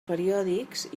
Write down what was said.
periòdics